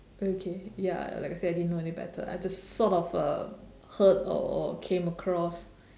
okay ya like I said I didn't know any better I just sort of uh heard or came across